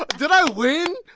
did i win?